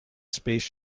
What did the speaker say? space